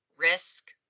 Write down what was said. risk